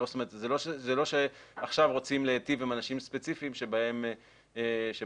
זה לא שעכשיו רוצים להיטיב עם אנשים ספציפיים שבהם מדובר.